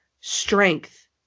strength